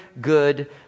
good